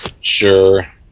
Sure